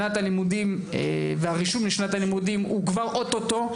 שנת הלימודים והרישום לשנת הלימודים הוא או-טו-טו,